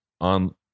on